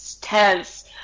tense